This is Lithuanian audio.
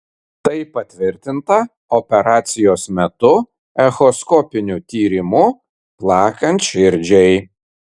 tai patvirtinta operacijos metu echoskopiniu tyrimu plakant širdžiai